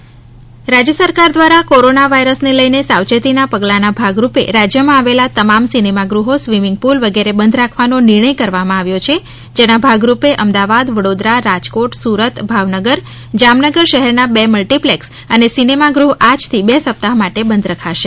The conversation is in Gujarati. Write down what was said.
કોરોના વાયરસ રાજ્ય સરકાર દ્વારા કોરોના વાયરસ ને લઈને સાવચેતીના પગલા ના ભાગરૂપે રાજ્યમાં આવેલા તમામ સિનેમાગ્રહો સ્વિમિંગ પૂલ વગેરે બંધ રાખવાનો નિર્ણય કરવામાં આવ્યો છે જેના ભાગરૂપે અમદાવાદ વડોદરા રાજકોટ સુરત ભાવનગર જામનગર શહેરના બે મલ્ટિપ્લેક્સ અને સિનેમા ગૃહ આજથી બે સપ્તાહ માટે બંધ રખાશે